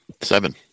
Seven